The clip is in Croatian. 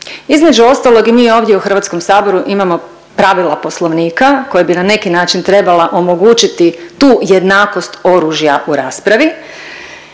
Između ostalog i mi ovdje u Hrvatskom saboru imamo pravila Poslovnika koja bi na neki način trebala omogućiti tu jednakost oružja u raspravi.